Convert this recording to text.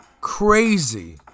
crazy